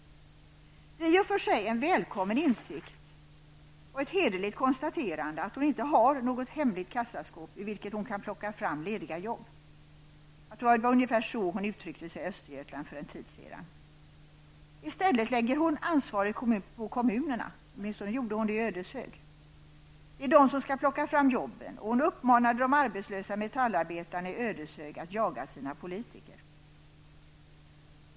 Det är i och för sig en välkommen insikt och ett hederligt konstaterande att hon inte har något hemligt kassaskåp ur vilket hon kan plocka fram lediga jobb. Det var ungefär så hon uttryckte sig i Östergötland för en tid sedan. I stället lägger hon ansvaret på kommunerna. Åtminstone gjorde hon det i Ödeshög. Det är kommunerna som skall plocka fram jobben. Hon uppmanade de arbetslösa metallarbetarna i Ödeshög att jaga sina politiker.